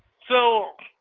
so